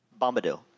Bombadil